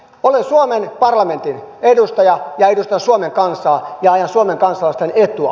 olen suomen parlamentin edustaja ja edustan suomen kansaa ja ajan suomen kansalaisten etua